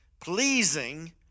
pleasing